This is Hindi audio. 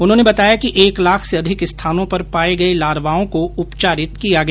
उन्होंने बताया कि एक लाख से अधिक स्थानों पर पाये गये लार्वाओं को उपचारित किया गया